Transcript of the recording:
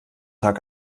tag